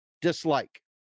Dislike